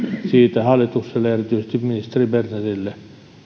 siitä hallitukselle ja erityisesti ministeri bernerille